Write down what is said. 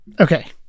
Okay